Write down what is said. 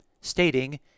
stating